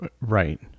Right